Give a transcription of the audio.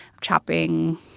Chopping